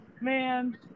man